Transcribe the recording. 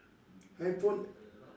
handphone